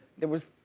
there was